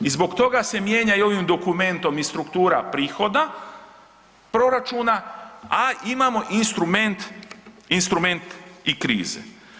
I zbog toga se mijenja i ovim dokumentom i struktura prihoda proračuna, a imamo instrument i krize.